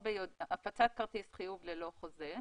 "15.הפצת כרטיס חיוב ללא חוזה.